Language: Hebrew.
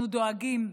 אנחנו דואגים.